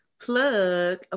plug